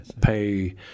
pay